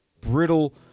brittle